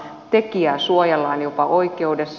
tekijää suojellaan jopa oikeudessa